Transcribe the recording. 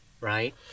Right